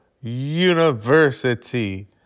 University